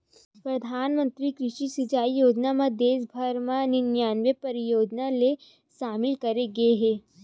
परधानमंतरी कृषि सिंचई योजना म देस भर म निनानबे परियोजना ल सामिल करे गे हे